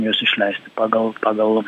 juos išleisti pagal pagal